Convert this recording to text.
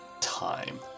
time